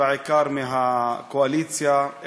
בעיקר מהקואליציה,